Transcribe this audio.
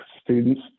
students